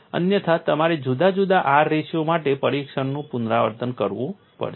અન્યથા તમારે જુદા જુદા R રેશિયો માટે પરીક્ષણનું પુનરાવર્તન કરવું પડશે